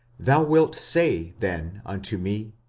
thou wilt say then unto me,